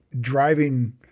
driving